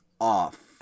off